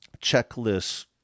checklists